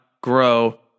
grow